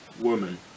Woman